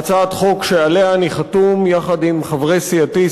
הצעת חוק שאני חתום עליה יחד עם חברי סיעתי,